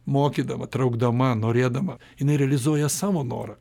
mokydama traukdama norėdama jinai realizuoja savo norą